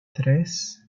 tres